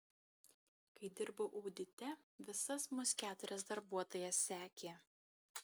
kai dirbau audite visas mus keturias darbuotojas sekė